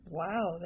wow